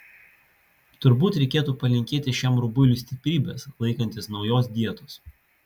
turbūt reikėtų palinkėti šiam rubuiliui stiprybės laikantis naujos dietos